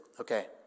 Okay